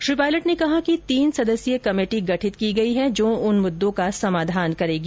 श्री पायलट ने कहा कि तीन सदस्यीय कमेटी गठित की गयी है जो उन मुद्दों का समाधान करेगी